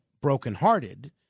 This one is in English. brokenhearted